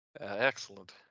excellent